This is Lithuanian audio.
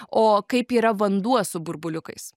o kaip yra vanduo su burbuliukais